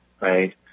right